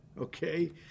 okay